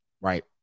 right